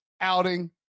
outing